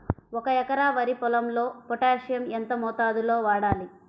ఒక ఎకరా వరి పొలంలో పోటాషియం ఎంత మోతాదులో వాడాలి?